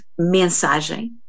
Mensagem